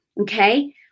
okay